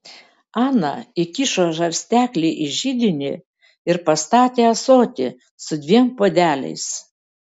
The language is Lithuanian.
ana įkišo žarsteklį į židinį ir pastatė ąsotį su dviem puodeliais